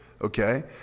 Okay